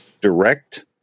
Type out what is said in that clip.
Direct